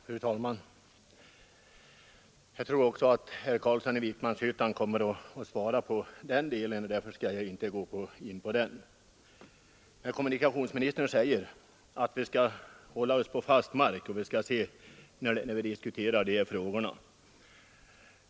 Fru talman! Jag tror också att herr Carlsson i Vikmanshyttan kan svara för sig själv. Kommunikationsministern säger att vi skall hålla oss på fast mark när vi diskuterar dessa frågor.